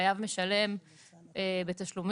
חייב משלם בתשלומים,